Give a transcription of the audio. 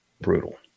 brutal